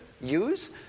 use